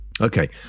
Okay